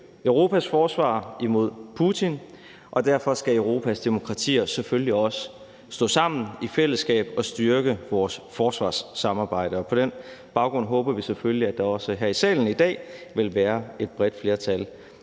Europas forsvar imod Putin, og derfor skal Europas demokratier selvfølgelig også stå sammen i fællesskab og styrke vores forsvarssamarbejde. På den baggrund håber vi selvfølgelig, at der også her i salen i dag vil være et bredt flertal